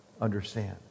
understand